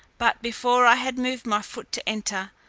but before i had moved my foot to enter,